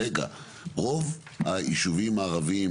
רוב היישובים הערבים